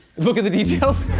look at the details?